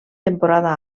temporada